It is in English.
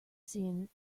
seeing